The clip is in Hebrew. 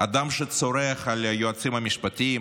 אדם שצורח על היועצים המשפטיים,